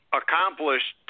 accomplished